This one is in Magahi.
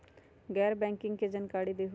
गैर बैंकिंग के जानकारी दिहूँ?